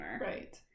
Right